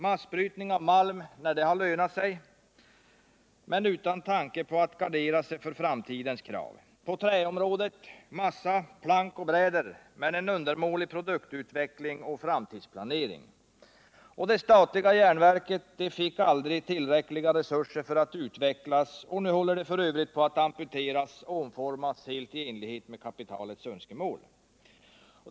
Massbrytning av malm när det lönar sig, men utan tanke på att gardera sig för framtidens krav. På träområdet: massa, plank och bräder, men en undermålig produktutveckling och framtidsplanering. Det statliga järnverket fick aldrig tillräckliga resurser för att utvecklas, och nu håller det f.ö. på att amputeras och omformas, helt i enlighet med kapitalets önskemål.